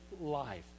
life